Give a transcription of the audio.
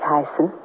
Tyson